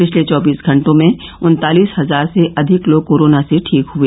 पिछले चौबीस घंटों में उन्तालीस हजार से अधिक लोग कोरोना से ठीक हुए